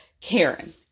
karen